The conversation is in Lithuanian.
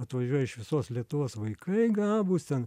atvažiuoja iš visos lietuvos vaikai gabūs ten